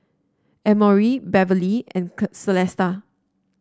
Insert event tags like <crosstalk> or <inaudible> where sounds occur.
Emory Beverlee and <unintelligible> Celesta